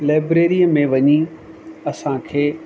लाइब्रेरीअ में वञी असांखे